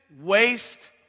waste